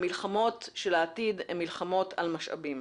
המלחמות של העתיד הן מלחמות על משאבים.